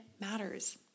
matters